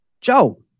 Joe